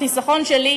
החיסכון שלי,